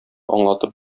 аңлатып